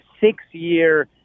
six-year